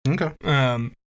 Okay